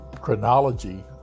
chronology